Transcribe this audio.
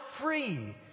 free